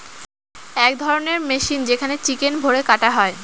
এক ধরণের মেশিন যেখানে চিকেন ভোরে কাটা হয়